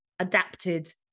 Adapted